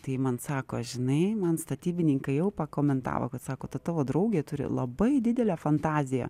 tai ji man sako žinai man statybininkai jau pakomentavo kad sako ta tavo draugė turi labai didelę fantaziją